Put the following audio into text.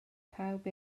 pawb